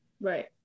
Right